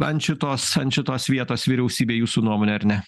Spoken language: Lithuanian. ant šitos ant šitos vietos vyriausybė jūsų nuomone ar ne